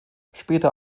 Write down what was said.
später